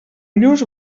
lluç